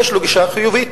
יש לו גישה חיובית.